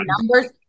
numbers